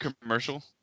commercial